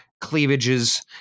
cleavages